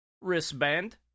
wristband